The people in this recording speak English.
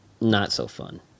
not-so-fun